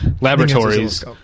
Laboratories